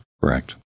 correct